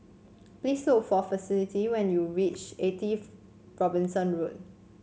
please look for Felicity when you reach Eighty Robinson Road